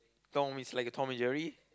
Tom is a like Tom-and-Jerry